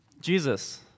Jesus